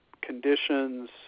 conditions